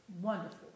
wonderful